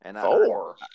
Four